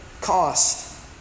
cost